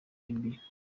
libya